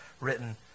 written